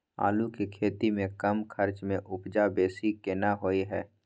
आलू के खेती में कम खर्च में उपजा बेसी केना होय है?